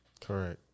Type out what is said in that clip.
Correct